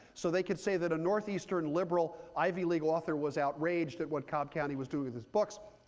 so they could say that a northeastern liberal ivy league author was outraged at what cobb county was doing with books.